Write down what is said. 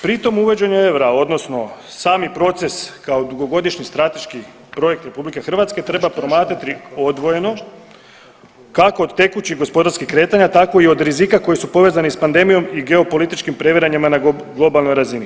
Pritom uvođenje eura odnosno sami proces kao dugogodišnji strateški projekt Republike Hrvatske treba promatrati odvojeno kako od tekućih gospodarskih kretanja, tako i od rizika koji su povezani sa pandemijom i geopolitičkim previranjima na globalnoj razini.